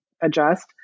adjust